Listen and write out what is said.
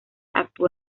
actuó